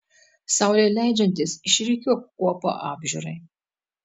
saulei leidžiantis išrikiuok kuopą apžiūrai